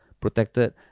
protected